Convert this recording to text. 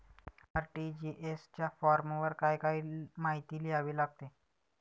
RTGS च्या फॉर्मवर काय काय माहिती लिहावी लागते?